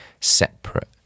separate